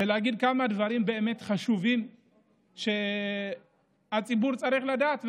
ולהגיד כמה דברים באמת חשובים שהציבור צריך לדעת ולשמוע.